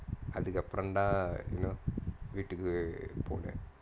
அதுக்கு அப்புறம்டா இன்னும் வீட்டுக்கு போகல:athukku appuramdaa innum veetukku pogala